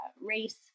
race